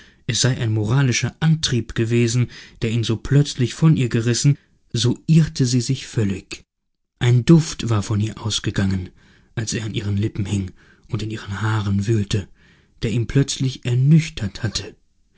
es sei ein moralischer antrieb gewesen der ihn so plötzlich von ihr gerissen so irrte sie sich völlig ein duft war von ihr ausgegangen als er an ihren lippen hing und in ihren haaren wühlte der ihn plötzlich ernüchtert hatte